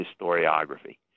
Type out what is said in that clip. historiography